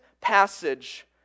passage